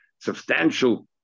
substantial